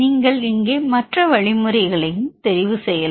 நீங்கள் இங்கே மற்ற வழிமுறைகளையும் தேர்வு செய்யலாம்